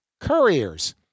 couriers